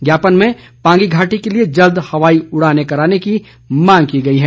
ज्ञापन में पांगी घाटी के लिए जल्द हवाई उड़ाने कराने की मांग की गई है